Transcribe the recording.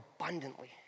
abundantly